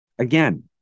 Again